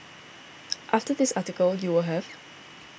after this article you will have